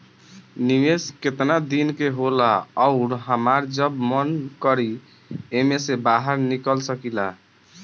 निवेस केतना दिन के होला अउर हमार जब मन करि एमे से बहार निकल सकिला?